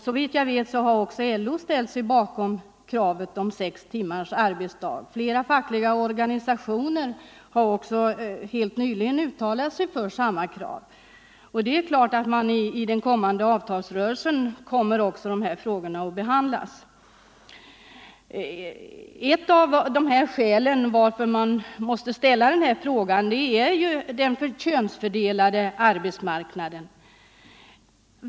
Såvitt jag vet har också LO ställt sig bakom det kravet, och flera andra fackliga organisationer har helt nyligen uttalat sig för detta. Det är klart att de här frågorna också kommer att behandlas i den inledda avtalsrörelsen. Nr 124 Ett av skälen till att jag måste ställa den här frågan är den könsfördelade Tisdagen den arbetsmarknaden.